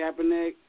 Kaepernick